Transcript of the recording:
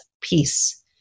peace